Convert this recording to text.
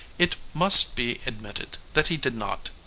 it must be admitted that he did not.